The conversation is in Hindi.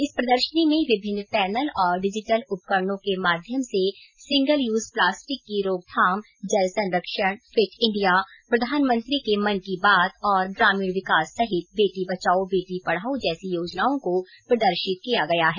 इस प्रदर्शनी में विभिन्न पैनल और डिजिटल उपकरणों के माध्यम से सिंगल यूज प्लास्टिक की रोकथाम जल संरक्षण फिट इण्डिया प्रधानमंत्री के मन की बात और ग्रामीण विकास सहित बेटी बचाओ बेटी पढ़ाओं जैसी योजनाओं को प्रदर्शित किया गया है